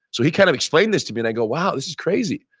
so he kind of explained this to me and i go, wow, this is crazy.